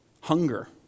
hunger